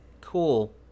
cool